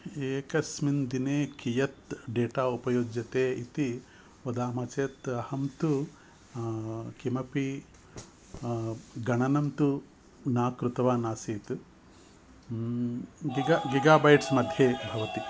एकस्मिन् दिने कियत् डेटा उपयुज्यते इति वदामः चेत् अहं तु किमपि गणनं तु न कृतवान् आसीत् गिगा गिगाबैट्स्मध्ये भवति